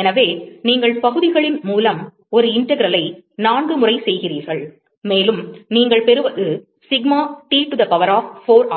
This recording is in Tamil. எனவே நீங்கள் பகுதிகளின் மூலம் ஒரு இன்டெக்ரலை 4 முறை செய்கிறீர்கள் மேலும் நீங்கள் பெறுவது sigma T to the power of 4 ஆகும்